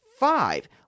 Five